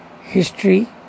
history